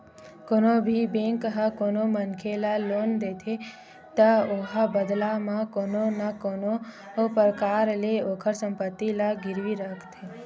कोनो भी बेंक ह कोनो मनखे ल लोन देथे त ओहा बदला म कोनो न कोनो परकार ले ओखर संपत्ति ला गिरवी रखथे